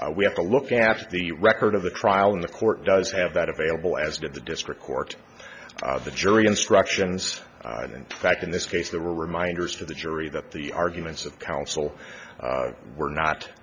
that we have to look at the record of the trial in the court does have that available as did the district court the jury instructions and in fact in this case the reminders to the jury that the arguments of counsel were not